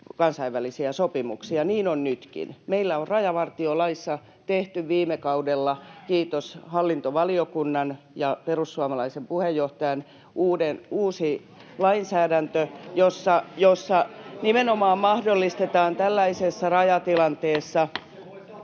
kansainvälisiä sopimuksia. Niin on nytkin. Meillä on rajavartiolaissa tehty viime kaudella, kiitos hallintovaliokunnan ja perussuomalaisen puheenjohtajan, uusi lainsäädäntö, [Perussuomalaisten ryhmästä: Erityisesti